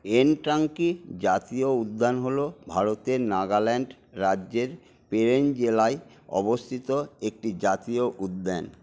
এনটাঙ্কি জাতীয় উদ্যান হল ভারতের নাগাল্যান্ড রাজ্যের পেরেন জেলায় অবস্থিত একটি জাতীয় উদ্যান